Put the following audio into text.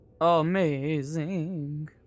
Amazing